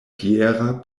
fiera